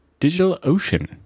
DigitalOcean